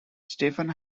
stephen